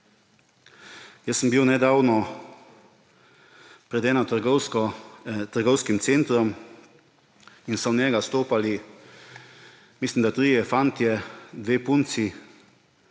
Jaz sem bil nedavno pred enim trgovskim centrom in so v njega vstopali, mislim da, trije fantje, dve punci,